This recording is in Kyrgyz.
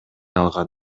алган